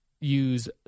use